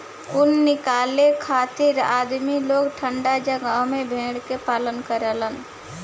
ऊन निकाले खातिर आदमी लोग ठंडा जगह में भेड़ के पालन करेलन